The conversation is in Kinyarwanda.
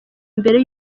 mbere